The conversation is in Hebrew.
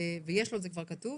ויש לו את זה כבר כתוב,